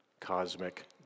cosmic